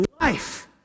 life